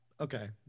Okay